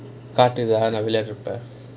நான் விளையாடுற அப்ப:naan vilaiyaadura appe